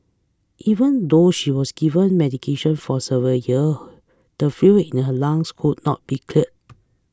even though she was given medication for several the fluid in her lungs could not be cleared